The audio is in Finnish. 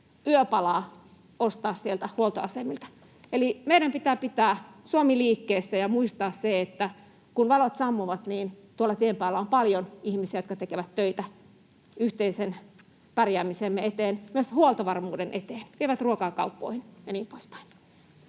yöpalaa ostaa sieltä huoltoasemilta. Eli meidän pitää pitää Suomi liikkeessä ja muistaa se, että kun valot sammuvat, niin tuolla tien päällä on paljon ihmisiä, jotka tekevät töitä yhteisen pärjäämisemme eteen, myös huoltovarmuuden eteen, vievät ruokaa kauppoihin ja niin poispäin.